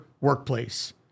workplace